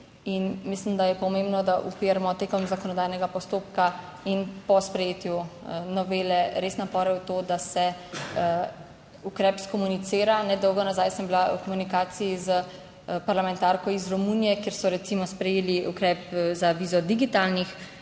In mislim, da je pomembno, da vlagamo tekom zakonodajnega postopka in po sprejetju novele res napore v to, da se ukrep skomunicira. Ne dolgo nazaj sem bila v komunikaciji s parlamentarko iz Romunije, kjer so recimo sprejeli ukrep za vizo digitalnih